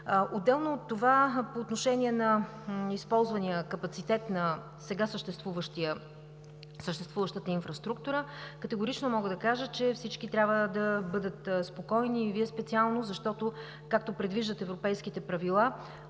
важни условия. По отношение на използвания капацитет на сега съществуващата инфраструктура категорично мога да кажа, че всички трябва да бъдат спокойни, и Вие специално, защото, както предвиждат европейските правила,